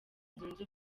zunze